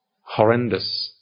horrendous